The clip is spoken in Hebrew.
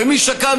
ומי שכאן,